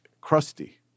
crusty